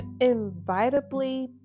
invitably